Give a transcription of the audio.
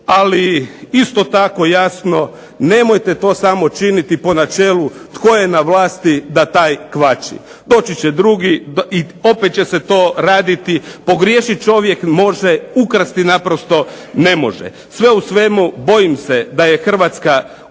ali isto tako jasno nemojte samo to činiti po načelu tko je na vlasti da taj kvači. Doći će drugi i opet će se to raditi. Pogriješiti čovjek može, ukrasti naprosto ne može. Sve u svemu bojim se da je Hrvatska u